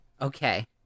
Okay